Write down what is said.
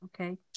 Okay